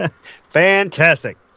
Fantastic